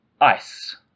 ice